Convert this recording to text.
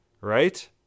right